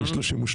הגיעו.